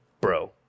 bro